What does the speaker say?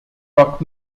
rock